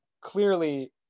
clearly